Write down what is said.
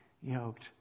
yoked